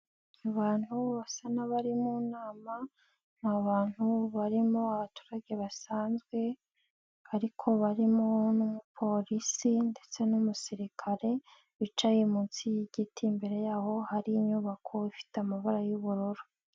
Abantu basa n'abari mu nama, ni abantu barimo abaturage basanzwe ariko barimo n'umupolisi ndetse n'umusirikare wicaye munsi y'igiti, imbere y'aho hari inyubako ifite amabara y'ubururu.